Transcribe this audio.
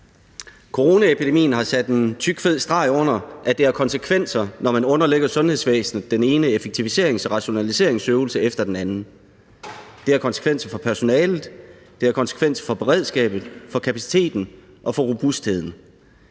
Coronaepidemien har sat en tyk streg under, at det har konsekvenser, når man underlægger sundhedsvæsenet den ene effektiviserings- og rationaliseringsøvelse efter den anden. Det har konsekvenser for personalet, det har konsekvenser for beredskabet, for kapaciteten og for robustheden.